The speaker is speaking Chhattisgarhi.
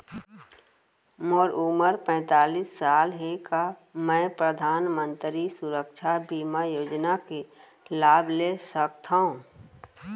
मोर उमर पैंतालीस साल हे का मैं परधानमंतरी सुरक्षा बीमा योजना के लाभ ले सकथव?